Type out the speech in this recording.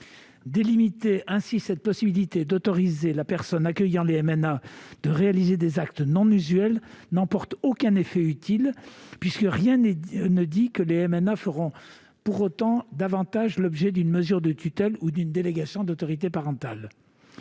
délimiter ainsi la possibilité d'autoriser la personne accueillant les MNA à réaliser des actes non usuels n'emporte aucun effet utile, puisque rien ne garantit que les MNA feront davantage l'objet d'une mesure de tutelle ou d'une délégation d'autorité parentale.